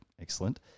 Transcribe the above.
excellent